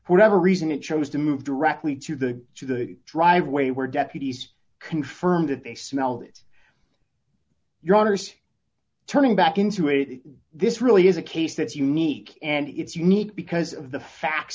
whatever reason it chose to move directly to the to the driveway where deputies confirmed that they smelled it your st turning back into a that this really is a case that's unique and it's unique because of the facts